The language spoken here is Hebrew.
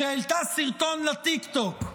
שהעלתה סרטון לטיקטוק,